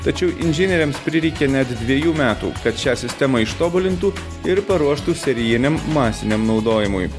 tačiau inžinieriams prireikė net dviejų metų kad šią sistemą ištobulintų ir paruoštų serijiniam masiniam naudojimui